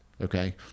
Okay